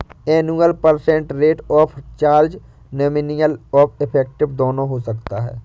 annual percent rate of charge nominal और effective दोनों हो सकता है